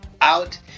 out